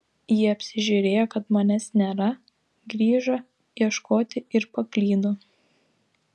jie apsižiūrėjo kad manęs nėra grįžo ieškoti ir paklydo